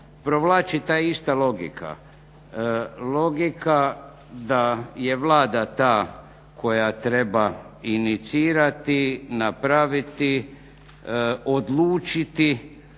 provlači ta ista logika. Logika da je Vlada ta koja treba inicirati, napraviti, odlučiti,